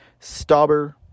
Stauber